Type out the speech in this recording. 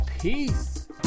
Peace